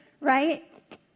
right